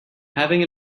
having